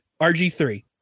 RG3